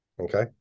okay